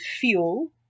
fuel